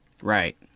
Right